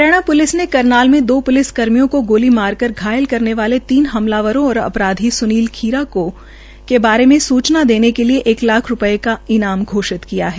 Haryana police ने करनाल में दो पुलिस कर्मियों को गोली मार कर घायल करने वाले तीन हमलावरों और अपराधी स्नील खीरा बारे सूचना के देने के लिये एक लाख रुपये का इनाम घोषित किया है